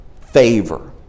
favor